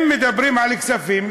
אם מדברים על כספים,